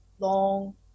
long